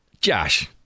Josh